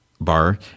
bar